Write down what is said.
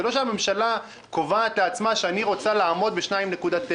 זה לא שהממשלה קובעת לעצמה שהיא רוצה לעמוד ב-2.9%.